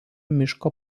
miško